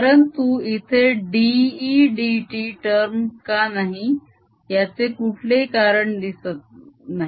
परंतु इथे dE dt term का नाही याचे कुठलेही कारण नाही